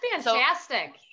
fantastic